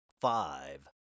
five